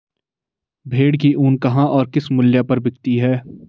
भेड़ की ऊन कहाँ और किस मूल्य पर बिकती है?